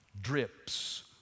drips